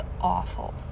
awful